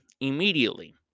immediately